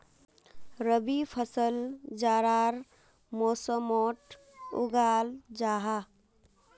रबी फसल जाड़ार मौसमोट उगाल जाहा